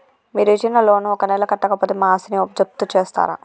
మీరు ఇచ్చిన లోన్ ను ఒక నెల కట్టకపోతే మా ఆస్తిని జప్తు చేస్తరా?